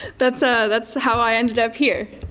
that's ah that's how i ended up here.